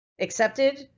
accepted